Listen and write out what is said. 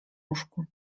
łóżku